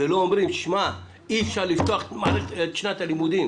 ולא אומרים שאי אפשר לפתוח את שנת הלימודים